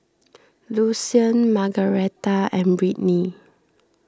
Lucien Margaretha and Brittney